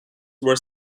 were